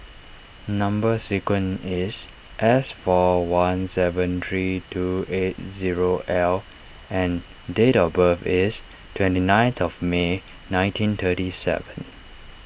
Number Sequence is S four one seven three two eight zero L and date of birth is twenty ninth of May nineteen thirty seven